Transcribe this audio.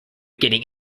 getting